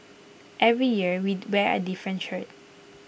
every year we wear A different shirt